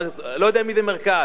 אני לא יודע מי זה מרכז.